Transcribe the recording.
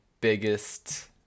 biggest